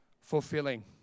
fulfilling